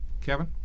Kevin